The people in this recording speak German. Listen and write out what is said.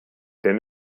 denn